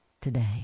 today